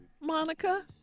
Monica